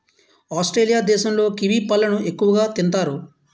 Australia దేశంలో kiwi పళ్ళను ఎక్కువగా తింతారు